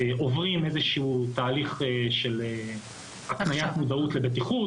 עוברים איזשהו תהליך של הקניית מודעות לבטיחות,